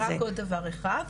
רק עוד דבר אחד,